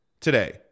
today